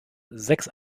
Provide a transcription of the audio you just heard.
sechs